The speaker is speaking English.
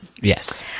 Yes